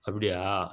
அப்படியா